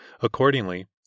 Accordingly